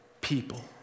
people